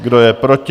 Kdo je proti?